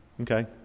Okay